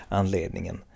anledningen